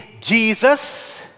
Jesus